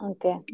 Okay